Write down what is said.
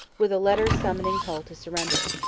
with a letter summoning hull to surrender.